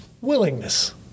willingness